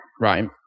Right